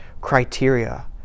criteria